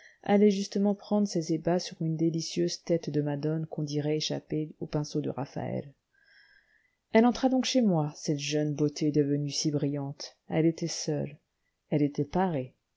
allait justement prendre ses ébats sur une délicieuse tête de madone qu'on dirait échappée au pinceau de raphaël elle entra donc chez moi cette jeune beauté devenue si brillante elle était seule elle était parée